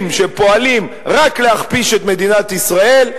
שפועלים רק להכפיש את מדינת ישראל,